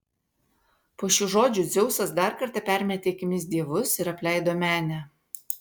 po šių žodžių dzeusas dar kartą permetė akimis dievus ir apleido menę